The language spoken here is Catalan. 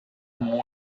amb